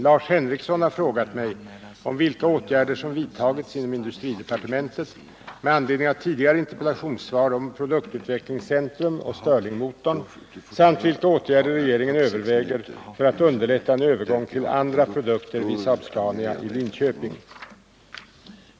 Lars Henrikson har frågat mig om vilka åtgärder som vidtagits inom industridepartementet med anledning av tidigare interpellationssvar om projektutvecklingscentrum och stirlingmotorn samt vilka åtgärder regeringen överväger för att underlätta en övergång till andra produkter vid Saab Scania i Linköping.